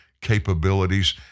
capabilities